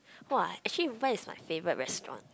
!wah! actually where is my favourite restaurant